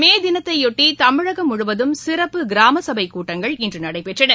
மே தனத்தையொட்டி தமிழகம் முழுவதும் சிறப்பு கிராம சபைக் கூட்டங்கள் இன்று நடைபெற்றன